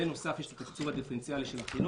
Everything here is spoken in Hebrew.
בנוסף יש את התקצוב הדיפרנציאלי של החינוך,